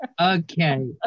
Okay